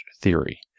theory